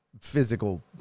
physical